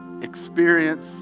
experience